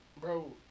bro